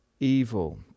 evil